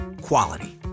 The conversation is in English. quality